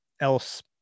else